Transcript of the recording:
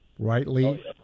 Rightly